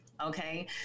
Okay